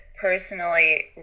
personally